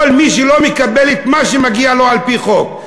כל מי שלא מקבל את מה שמגיע לו על-פי חוק.